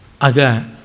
Aga